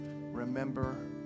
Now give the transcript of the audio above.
remember